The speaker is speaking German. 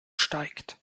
steigt